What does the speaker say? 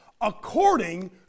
according